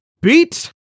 beat